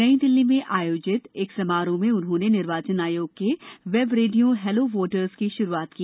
नई दिल्ली में आयोजित एक समारोह में उन्होंने निर्वाचन आयोग के वैब रेडियो हैलो वोटर्स की श्रूआत की